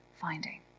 finding